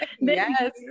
Yes